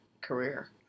career